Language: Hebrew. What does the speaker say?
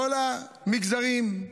כל המגזרים.